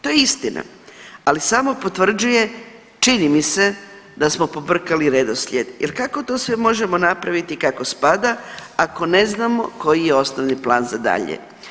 To je istina, ali samo potvrđuje čini mi se da smo pobrkali redoslijed jer kako to sve možemo napraviti kako spada ako ne znamo koji je osnovni plan za dalje.